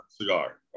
cigar